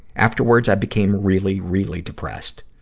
afterwards, i became really, really depressed.